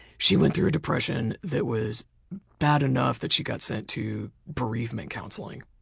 she went through a depression that was bad enough that she got sent to bereavement counseling.